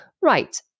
Right